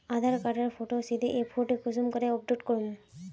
आधार कार्डेर फोटो सीधे ऐपोत कुंसम करे अपलोड करूम?